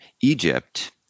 Egypt